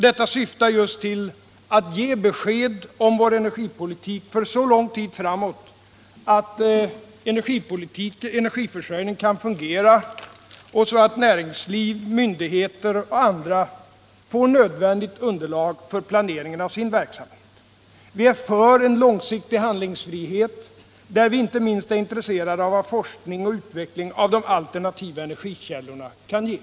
Detta syftar just till att ge besked om vår energipolitik för så lång tid framåt att energiförsörjningen kan fungera och att näringsliv, myndigheter och andra får nödvändigt underlag för planeringen av sin verksamhet. Vi är för en långsiktig handlingsfrihet, där vi inte minst är intresserade av vad forskning och utveckling av de alternativa energikällorna kan ge.